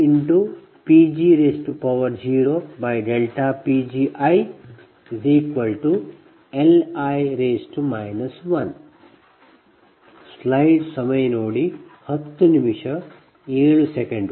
ಇದು 1 PLossPg0PgiLi 1